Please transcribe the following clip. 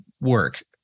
work